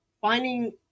finding